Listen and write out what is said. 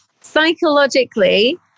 Psychologically